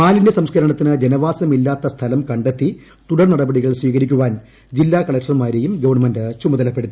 മാലിന്യ സംസ്കരണത്തിന് ജനവാസമില്ലാത്ത് സ്ഥലം കണ്ടെത്തി തുടർ നടപടികൾ സ്വീകരിക്കുവാൻ ജില്ലാ കളക്ടർമാരെയും ഗവൺമെന്റ് ചുമതലപ്പെടുത്തി